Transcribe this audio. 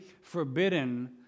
forbidden